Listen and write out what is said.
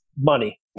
money